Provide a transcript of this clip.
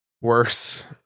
worse